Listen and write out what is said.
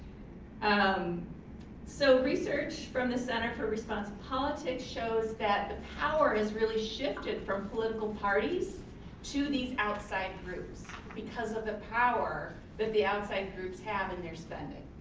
um so research from the center for responsive politics shows that the power has really shifted from political parties to these outside groups because of the power that the outside groups have in their spending.